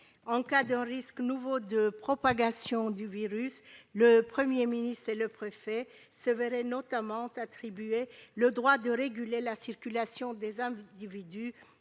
en cas d'un risque nouveau de propagation du virus, le Premier ministre et le préfet se verraient notamment attribuer le droit de réguler la circulation des individus,